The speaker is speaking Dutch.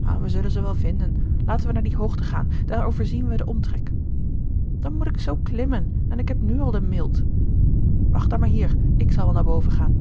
wij zullen ze wel vinden laten we naar die hoogte gaan daar overzien wij den omtrek dan moet ik zoo klimmen en ik heb nu al de milt wacht dan maar hier ik zal wel naar boven gaan